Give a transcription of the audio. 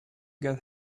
get